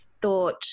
thought